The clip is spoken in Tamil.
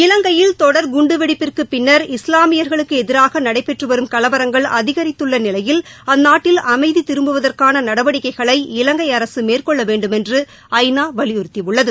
இலங்கையில் தொடர் குண்டு வெடிப்பிற்குப் பின்னர் இஸ்லாமியர்களுக்கு எதிராக நடைபெற்று வரும் கலவரங்கள் அதிகித்துள்ள நிலையில் அந்நாட்டில் அமைதி திரும்புவதற்கான நடவடிக்கைகளை இலங்கை அரசு மேற்கொள்ள வேண்டுமென்று ஐ நா வலியுறுத்தியுள்ளது